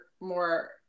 more